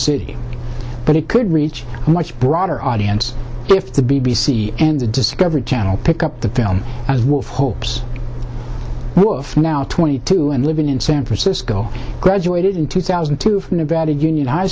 city but it could reach much broader audience if the b b c and the discovery channel pick up the film as wolf hopes now twenty two and living in san francisco graduated in two thousand and two from nevada union high